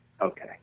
Okay